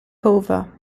cover